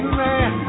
man